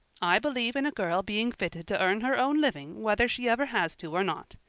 i believe in a girl being fitted to earn her own living whether she ever has to or not.